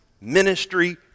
ministry